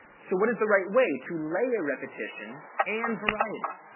so what is the right way to layer repetition and variety?